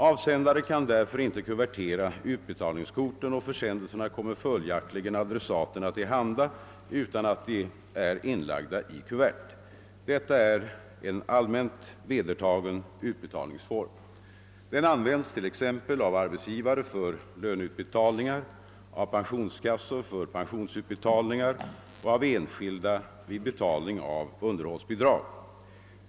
Avsändaren kan därför inte kuvertera utbetalningskorten, och försändelserna kommer följaktligen adressaterna till handa utan att de är inlagda i kuvert. Detta är en allmänt vetertagen utbetalningsform. Den används t.ex. av arbetsgivare för löneutbetalningar, av pensionskassor för pensionsutbetalningar och av enskilda vid betalning av underhållsbidrag.